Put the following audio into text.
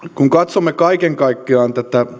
katsomme kaiken kaikkiaan